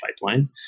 pipeline